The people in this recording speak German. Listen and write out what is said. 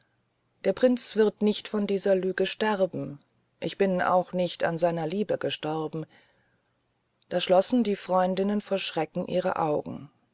der prinz wird nicht von dieser lüge sterben ich bin auch nicht an seiner liebe gestorben da schlossen die freundinnen vor schreck ihre augen